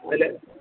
അതില്